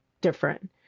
different